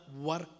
work